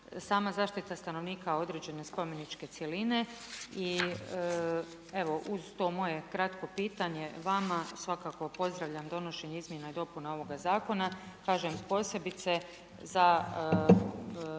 sama zaštita stanovnika određene spomeničke cjeline. I evo uz to moje kratko pitanje vama, svakako pozdravljam donošenje izmjena i dopuna ovoga zakona. Kažem, posebice za